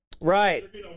Right